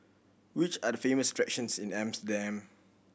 which are the famous attractions in Amsterdam